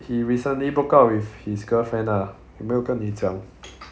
he recently broke up with his girlfriend ah 有没有跟你讲